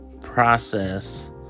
process